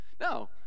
No